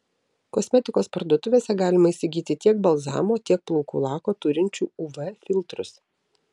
kosmetikos parduotuvėse galima įsigyti tiek balzamo tiek plaukų lako turinčių uv filtrus